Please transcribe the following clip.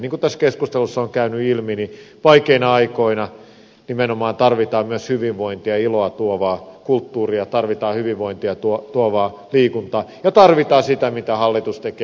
niin kuin tässä keskustelussa on käynyt ilmi vaikeina aikoina nimenomaan tarvitaan myös hyvinvointia ja iloa tuovaa kulttuuria tarvitaan hyvinvointia tuovaa liikuntaa ja tarvitaan sitä mitä hallitus tekee